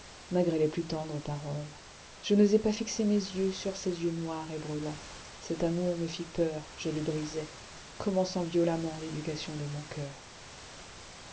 malgré les plus tendres paroles je n'osais pas fixer mes yeux sur ces yeux noirs et brûlants cet amour me fit peur je le brisai commençant violemment l'éducation de mon coeur